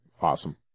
awesome